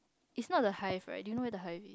it's not the hive right do you know where the hive